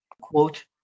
quote